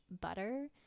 butter